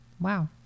wow